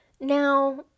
Now